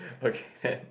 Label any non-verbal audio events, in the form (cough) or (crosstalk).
(laughs) okay can